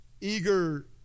eager